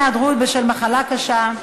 היעדרות בשל מחלה קשה),